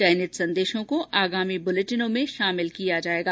चयनित संदेशों को आगामी बुलेटिनों में शामिल किया जाएगा